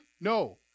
No